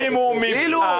הם הקימו מפעל,